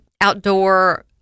outdoor